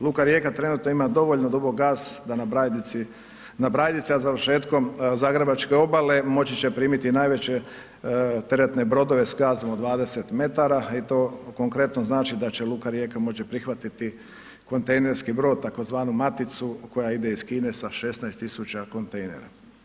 Luka Rijeka trenutno ima dovoljno dubok gaz da na Brajdici, na Brajdici, a završetkom Zagrebačke obale moći će primiti najveće teretne brodove s gazom od 20 m i to konkretno znači da će luka Rijeka moći prihvatiti kontejnerski brod, tzv. maticu koja ide iz Kine sa 16 tisuća kontejnera.